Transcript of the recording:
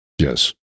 yes